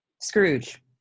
Scrooge